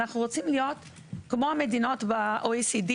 אנחנו רוצים להיות כמו המדינות ב-OECD,